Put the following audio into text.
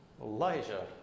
Elijah